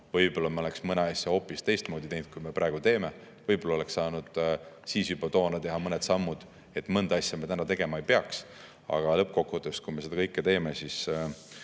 Võib-olla me oleks mõne asja hoopis teistmoodi teinud, kui me praegu teeme, võib-olla oleks saanud juba toona teha mõned sammud, et me mõnda asja täna tegema ei peaks. Aga lõppkokkuvõttes, kui me seda kõike teeme, siis